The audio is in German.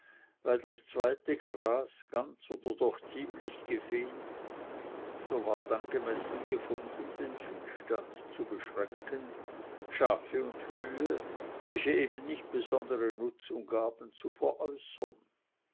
weil das zweite gras ganz oder doch ziemlich gefehlt so ward angemessen gefunden den viehstand zu beschränken schafe und kühe welche eben nicht besondere nutzung gaben zu veräußern